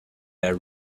air